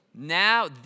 Now